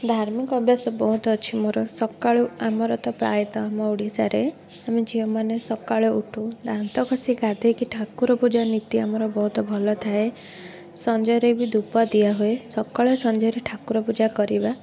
ଧାର୍ମିକ ଅଭ୍ୟାସ ବହୁତ ଅଛି ମୋର ସକାଳୁ ଆମର ତ ପ୍ରାୟତଃ ଆମ ଓଡ଼ିଶାରେ ଆମେ ଝିଅମାନେ ସକାଳୁ ଉଠୁ ଦାନ୍ତ ଘଷି ଗାଧେଇକି ଠାକୁର ପୂଜା ନୀତି ଆମର ବହୁତ ଭଲ ଥାଏ ସଞ୍ଜରେ ବି ଧୂପ ଦିଆ ହୁଏ ସକାଳେ ସଞ୍ଜରେ ଠାକୁର ପୂଜା କରିବା